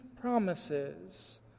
promises